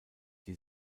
die